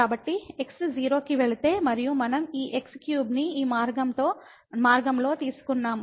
కాబట్టి x 0 కి వెళితే మరియు మనం ఈ x3 ను ఈ మార్గంలో తీసుకున్నాము